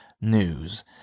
news